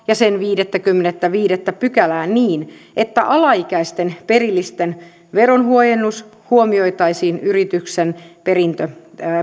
ja sen viidettäkymmenettäviidettä pykälää niin että alaikäisten perillisten verohuojennus huomioitaisiin yrityksen